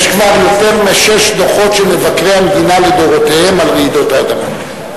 יש כבר יותר משישה דוחות של מבקרי המדינה לדורותיהם על רעידות האדמה.